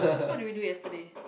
what did we do yesterday